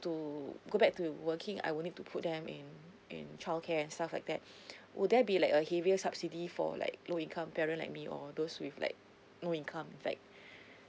to go back to working I will need to put them in in childcare and stuff like that would there be like a heavier subsidy for like low income parent like me or those with like no income like